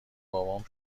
بابام